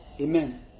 Amen